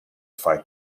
fight